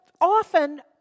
often